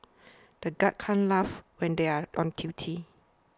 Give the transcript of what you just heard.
the guards can't laugh when they are on duty